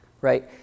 Right